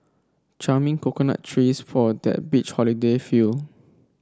charming coconut trees for that beach holiday feel